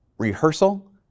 Rehearsal